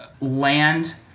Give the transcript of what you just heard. land